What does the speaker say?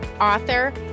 author